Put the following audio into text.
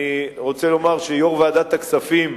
אני רוצה לומר שיושב-ראש ועדת הכספים,